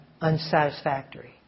unsatisfactory